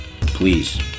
Please